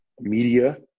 media